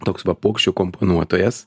toks va puokščių komponuotojas